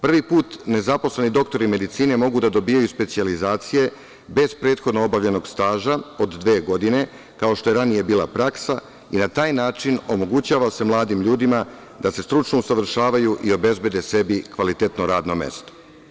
Prvi put nezaposleni doktori medicine mogu da dobijaju specijalizacije bez prethodno obavljenog staža od dve godine, kao što je ranije bila praksa i na taj način omogućava se mladim ljudima da se stručno usavršavaju i obezbede sebi kvalitetno radno mesto.